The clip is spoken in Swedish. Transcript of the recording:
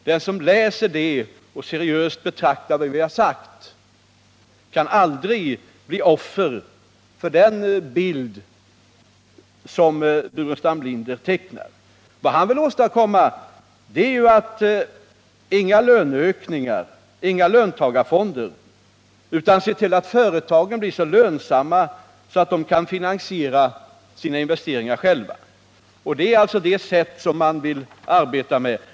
Den som läser detta och seriöst begrundar det som vi har sagt kan aldrig bli offer för den vrångbild som Staffan Burenstam Linder tecknar. Vad han vill åstadkomma är ju: inga löneökningar, inga löntagarfonder. Han vill se till att företagen blir så lönsamma att de kan finansiera sina investeringar själva. Det är det sätt på vilket han vill arbeta.